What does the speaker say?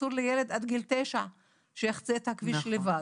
אסור לילד עד גיל 9 שיחצה את הכביש לבד.